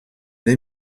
they